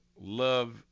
Love